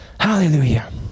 Hallelujah